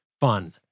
fun